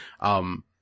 Um-